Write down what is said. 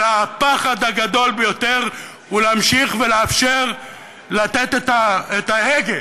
אלא הפחד הגדול ביותר הוא להמשיך ולאפשר לתת את ההגה